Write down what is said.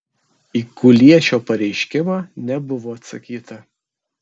į kuliešio pareiškimą nebuvo atsakyta